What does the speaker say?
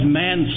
man